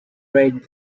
right